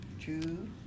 two